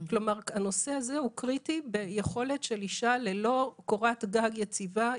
כלומר הנושא הזה הוא קריטי ביכולתה של האישה ללא קורת גג יציבה,